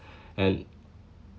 and